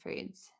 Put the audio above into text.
foods